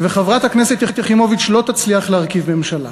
וחברת הכנסת יחימוביץ לא תצליח להרכיב ממשלה.